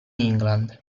england